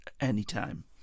anytime